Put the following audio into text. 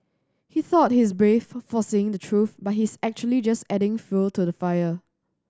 he thought he's brave for saying the truth but he's actually just adding fuel to the fire